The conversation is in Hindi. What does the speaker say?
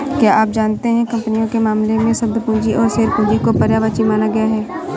क्या आप जानते है कंपनियों के मामले में, शब्द पूंजी और शेयर पूंजी को पर्यायवाची माना गया है?